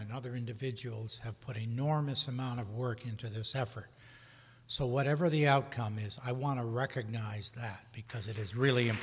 and other individuals have put an enormous amount of work into this effort so whatever the outcome is i want to recognize that because it is really